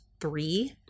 three